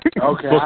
Okay